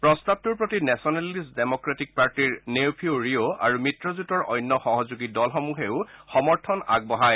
প্ৰস্তাৱটোৰ প্ৰতি nationalist democratic পাৰ্টীৰ নেইফিউ ৰিঅ' আৰু মিত্ৰজোটৰ অন্য সহযোগী দলসমূহে সমৰ্থন আগবঢ়ায়